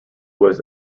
was